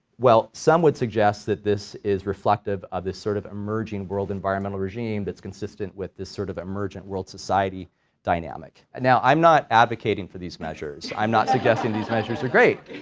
well some would suggest that this is reflective of this sort of emerging world environmental regime that's consistent with this sort of emergent world society dynamic. and now i'm not advocating for these measures, i'm not suggesting these measures are great,